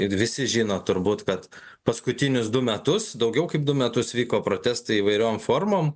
visi žino turbūt kad paskutinius du metus daugiau kaip du metus vyko protestai įvairiom formom